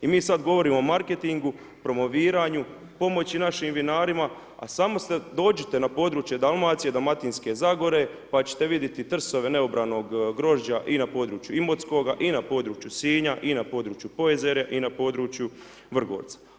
I mi sad govorimo o marketingu, promoviranju, pomoći našim vinarima, a samo dođite na područje Dalmacije, dalmatinske zagore pa ćete vidjeti trsove neobranog grožđa i na području Imotskoga i na području Sinja i na području ... i na području Vrgorca.